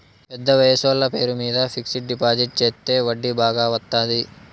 పెద్ద వయసోళ్ల పేరు మీద ఫిక్సడ్ డిపాజిట్ చెత్తే వడ్డీ బాగా వత్తాది